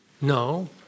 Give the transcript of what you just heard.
No